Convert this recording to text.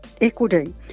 equity